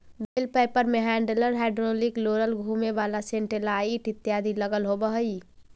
बेल wrapper में handler, hydraulic roller, घुमें वाला सेटेलाइट इत्यादि लगल होवऽ हई